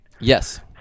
Yes